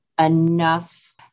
Enough